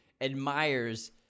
admires